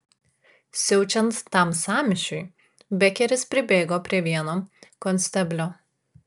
siaučiant tam sąmyšiui bekeris pribėgo prie vieno konsteblio